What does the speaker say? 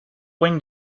wing